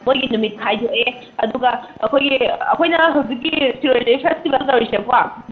ꯃꯈꯣꯏꯒꯤ ꯅꯨꯃꯤꯠ ꯈꯥꯏꯗꯣꯛꯑꯦ ꯑꯗꯨꯒ ꯑꯩꯈꯣꯏꯒꯤ ꯑꯩꯈꯣꯏꯅ ꯍꯧꯖꯤꯛꯀꯤ ꯁꯤꯔꯣꯏ ꯂꯤꯂꯤ ꯐꯦꯁꯇꯤꯕꯦꯜ ꯇꯧꯔꯤꯁꯦꯀꯣ